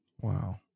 Wow